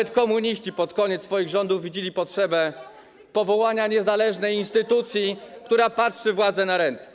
Nawet komuniści pod koniec swoich rządów widzieli potrzebę powołania niezależnej instytucji, która patrzy władzy na ręce.